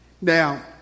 Now